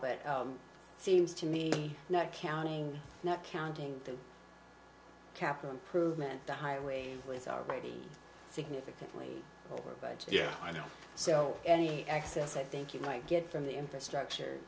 but it seems to me not counting not counting the cap and prove man the highway was already significantly over but yeah i know so any access i think you might get from the infrastructure